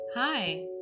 Hi